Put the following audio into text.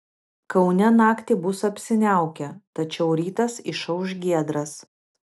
kaune naktį bus apsiniaukę tačiau rytas išauš giedras